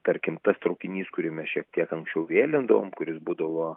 tarkim tas traukinys kurį mes šiek tiek anksčiau vėlindavom kuris būdavo